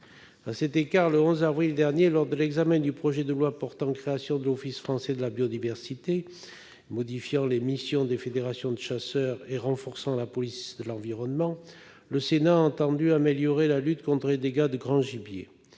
À cet égard, le 11 avril dernier, lors de l'examen du projet de loi portant création de l'Office français de la biodiversité, modifiant les missions des fédérations des chasseurs et renforçant la police de l'environnement, le Sénat a entendu améliorer la lutte contre les dégâts de grand gibier.